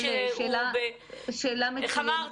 איך אמרת?